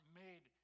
made